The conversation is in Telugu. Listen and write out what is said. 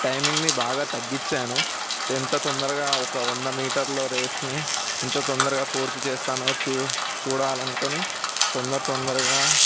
టైమింగ్ని బాగా తగ్గించాను ఎంత తొందరగా ఒక వంద మీటర్ల రేస్ని ఎంత తొందరగా పూర్తి చేస్తానో చూ చూడాలనుకొని తొందర తొందరగా